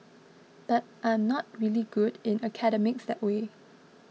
but I'm not really good in academics that way